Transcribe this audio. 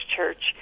Church